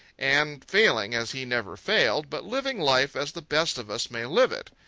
and failing as he never failed, but living life as the best of us may live it.